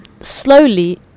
Slowly